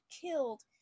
killed